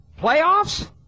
Playoffs